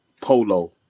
polo